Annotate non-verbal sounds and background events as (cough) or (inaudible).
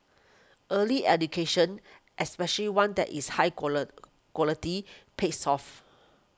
early education especially one that is high (unintelligible) quality pays off